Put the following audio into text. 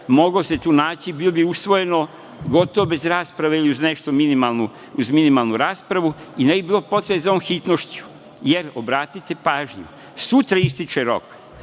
Moglo se tu naći, bilo bi usvojeno gotovo bez rasprave ili uz neku minimalnu raspravu i ne bi bilo potrebe za ovom hitnošću. Jer, obratite pažnju, sutra ističe rok,